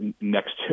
next